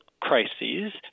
crises